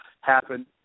happen